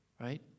right